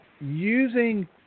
using